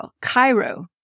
Cairo